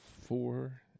four